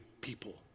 people